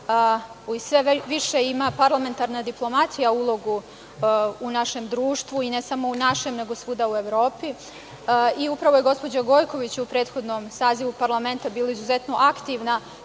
i sve više ima parlamentarna diplomatija ulogu u našem društvu i ne samo u našem, nego i svuda u Evropi i upravo je gospođa Gojković u prethodnom sazivu parlamenta bila izuzetno aktivna